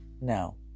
No